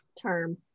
term